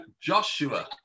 Joshua